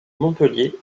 montpellier